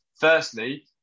firstly